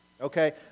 Okay